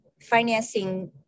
financing